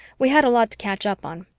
we had a lot to catch up on.